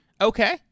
Okay